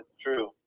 True